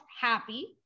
happy